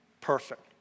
perfect